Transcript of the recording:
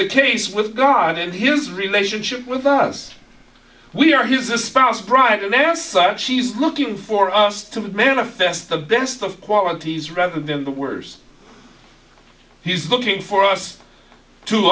the case with god and his relationship with us we are his a spouse bride and outside she's looking for us to manifest the best of qualities rather than the worst he's looking for us to